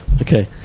Okay